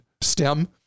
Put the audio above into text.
STEM